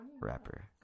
Rapper